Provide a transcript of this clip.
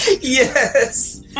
Yes